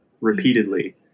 repeatedly